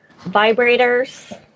vibrators